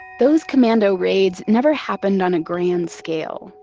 those commando raids never happened on a grand scale.